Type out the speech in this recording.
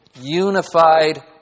unified